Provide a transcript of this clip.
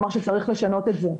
אמר שצריך לשנות את זה.